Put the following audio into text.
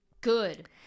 Good